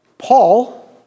Paul